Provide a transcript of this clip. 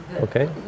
okay